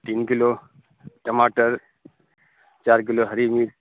تین کلو ٹماٹر چار کلو ہری مرچ